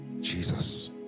Jesus